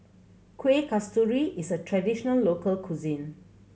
Kueh Kasturi is a traditional local cuisine